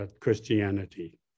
Christianity